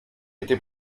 était